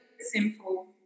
simple